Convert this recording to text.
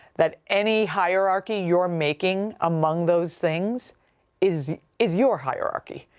that any hierarchy you're making among those things is, is your hierarchy.